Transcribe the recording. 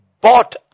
bought